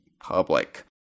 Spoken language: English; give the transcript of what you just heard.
public